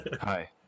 Hi